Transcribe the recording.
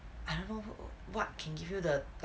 I don't know what can give you the